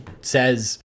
says